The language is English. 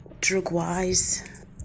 drug-wise